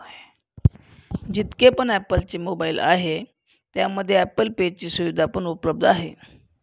जितके पण ॲप्पल चे मोबाईल आहे त्यामध्ये ॲप्पल पे ची सुविधा पण उपलब्ध आहे